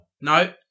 No